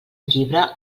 llibre